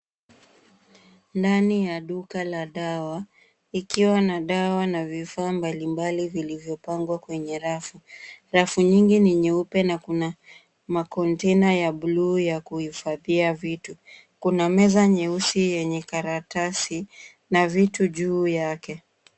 Ndani ya duka la dawa, ikiwa na dawa na vifaa mbalimbali vilivyopangwa kwenye rafu. Rafu nyingi ni nyeupe na kuna makontaina ya buluu ya kuhifadhia vitu. Kuna meza nyeusi yenye karatasi na vitu juu yake.